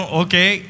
okay